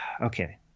okay